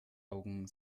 augen